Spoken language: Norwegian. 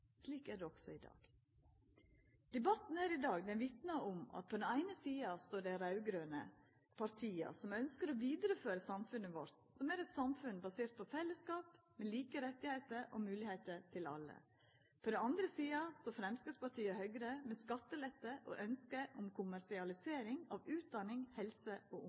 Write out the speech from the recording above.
slik er det òg i dag. Debatten her i dag vitnar om at på den eine sida står dei raud-grøne partia som ønskjer å vidareføra samfunnet vårt, som er eit samfunn basert på fellesskap med like rettar og moglegheiter til alle. På den andre sida står Framstegspartiet og Høgre med skattelette og ønske om kommersialisering av utdanning, helse og